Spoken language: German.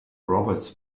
roberts